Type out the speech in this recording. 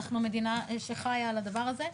אנחנו מדינה שחיה על הדבר הזה.